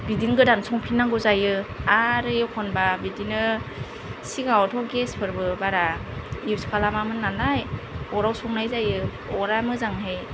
बिदिनो गोदान संफिननांगौ जायो आरो एखनब्ला बिदिनो सिगाङावथ' गेस फोरबो बारा इउज खालामामोन नालाय अराव संनाय जायो अरा मोजांहै